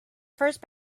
first